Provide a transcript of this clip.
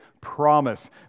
promise